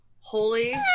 Holy